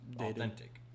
authentic